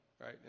right